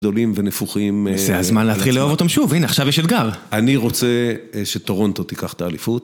גדולים ונפוחים. זה הזמן להתחיל לאהוב אותם שוב, הנה עכשיו יש אתגר. אני רוצה שטורונטו תיקח את האליפות.